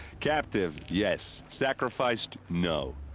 captive? yes. sacrificed? no.